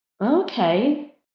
Okay